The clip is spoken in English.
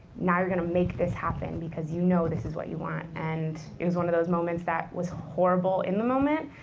now you're going to make this happen, because you know this is what you want. and it was one of those moments that was horrible in the moment,